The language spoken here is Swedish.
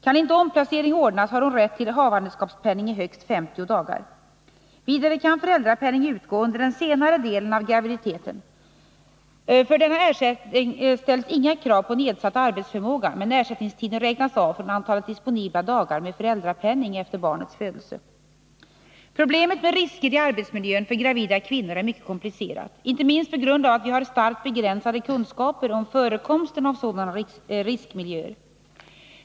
Kan inte omplacering ordnas, har hon rätt till havandeskapspenning i högst 50 dagar. Vidare kan föräldrapenning utgå under den senare delen av graviditeten. För denna ersättning ställs inga krav på nedsatt arbetsförmåga, men ersättningstiden räknas av från antalet disponibla dagar med föräldrapenning efter barnets födelse. Problemet med risker i arbetsmiljön för gravida kvinnor är mycket komplicerat, inte minst på grund av att vi har starkt begränsade kunskaper om förekomsten av sådana riskmiljöer.